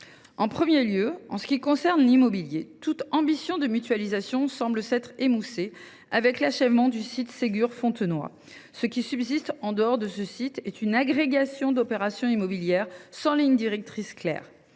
En premier lieu, en ce qui concerne l’immobilier, toute ambition de mutualisation semble s’être émoussée avec l’achèvement du site Ségur Fontenoy. Ce qui subsiste, en dehors de ce site, est une agrégation d’opérations immobilières sans ligne directrice claire.